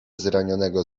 zranionego